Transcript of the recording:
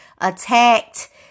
attacked